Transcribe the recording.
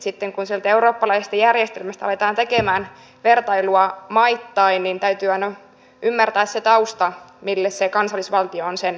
sitten kun sieltä eurooppalaisesta järjestelmästä aletaan tekemään vertailua maittain niin täytyy aina ymmärtää se tausta mille se kansallisvaltio on sen rakentanut